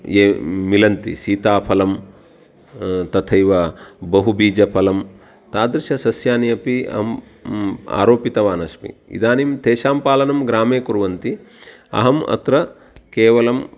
ये मिलन्ति सीताफ़लं तथैव बहुबीजफलं तादृशसस्यानि अपि अहम् आरोपितवानस्मि इदानीम् तेषां पालनं ग्रामे कुर्वन्ति अहम् अत्र केवलं